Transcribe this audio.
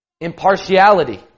Impartiality